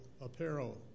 apparel